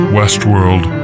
Westworld